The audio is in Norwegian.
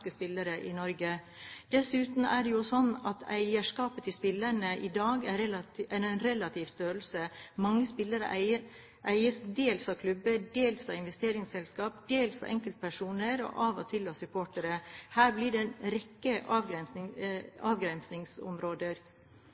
spillere i Norge? Dessuten er det jo sånn at eierskapet til spillerne i dag er en relativ størrelse. Mange spillere eies dels av klubber, dels av investeringsselskaper, dels av enkeltpersoner og av og til av supportere. Her blir det en rekke avgrensningsområder.